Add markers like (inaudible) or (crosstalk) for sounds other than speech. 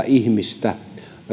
(unintelligible) ihmistä